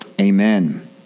Amen